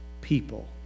people